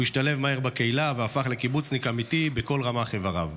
הוא השתלב מהר בקהילה והפך לקיבוצניק אמיתי בכל רמ"ח איבריו.